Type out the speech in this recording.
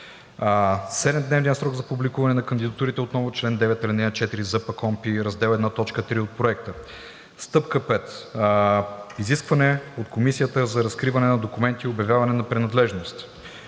7-дневният срок за публикуване на кандидатурите – отново чл. 9, ал. 4 от ЗПКОНПИ, Раздел I, т. 3 от Проекта. Стъпка 5 – изискване от Комисията за разкриване на документи и обявяване на принадлежност.